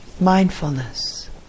mindfulness